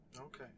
Okay